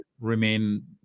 remain